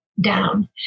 down